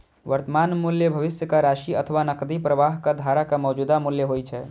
वर्तमान मूल्य भविष्यक राशि अथवा नकदी प्रवाहक धाराक मौजूदा मूल्य होइ छै